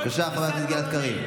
בבקשה, חבר הכנסת גלעד קריב.